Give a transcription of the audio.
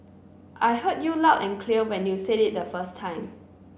I heard you loud and clear when you said it the first time